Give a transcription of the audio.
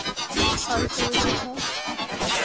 और कोई बुक है